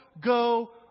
go